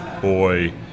boy